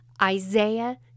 Isaiah